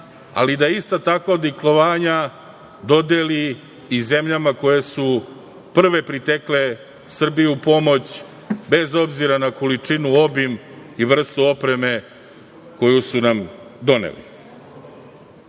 ali da ista takva odlikovanja dodeli i zemljama koje su prve pritekle Srbiji u pomoć bez obzira na količinu, obim i vrstu opreme koju su nam